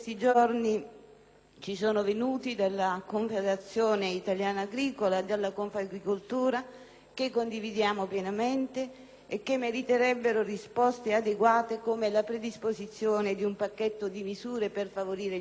ci sono venuti dalla Confederazione italiana agricoltori e dalla Confagricoltura, che condividiamo pienamente e che meriterebbero risposte adeguate come la predisposizione di un pacchetto di misure per favorire gli investimenti